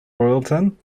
royalton